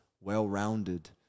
well-rounded